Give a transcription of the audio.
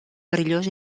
perillós